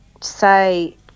say